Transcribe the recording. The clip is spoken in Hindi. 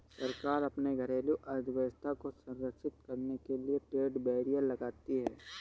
सरकार अपने घरेलू अर्थव्यवस्था को संरक्षित करने के लिए ट्रेड बैरियर लगाती है